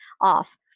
off